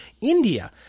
India